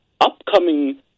Upcoming